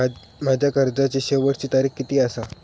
माझ्या कर्जाची शेवटची तारीख किती आसा?